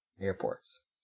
Airports